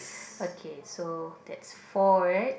okay so that's four right